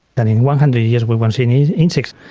and in one hundred years we won't see any insects,